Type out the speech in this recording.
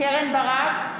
קרן ברק,